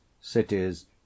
cities